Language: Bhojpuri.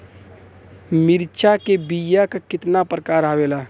मिर्चा के बीया क कितना प्रकार आवेला?